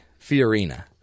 Fiorina